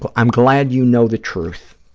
but i'm glad you know the truth.